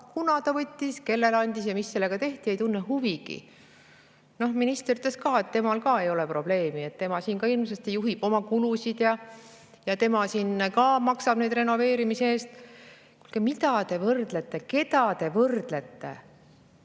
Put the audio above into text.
kunas ta võttis, kellele andis ja mis sellega tehti, ei tunne huvigi. Minister ütles, et temal ka ei ole probleemi, tema hirmsasti juhib oma kulusid ja tema ka maksab renoveerimise eest. Kuulge, mida te võrdlete, keda te võrdlete?